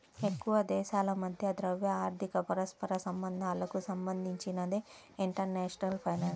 ఎక్కువదేశాల మధ్య ద్రవ్య, ఆర్థిక పరస్పర సంబంధాలకు సంబంధించినదే ఇంటర్నేషనల్ ఫైనాన్స్